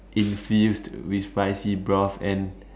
infused with spicy broth and